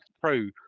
pro